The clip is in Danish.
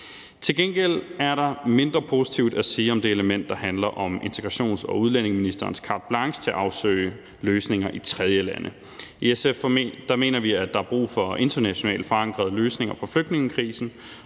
Til gengæld er der mindre positivt at sige om det element, der handler om integrations- og udlændingeministerens carte blanche til at afsøge løsninger i tredjelande. I SF mener vi, der er brug for internationalt forankrede løsninger på flygtningekrisen,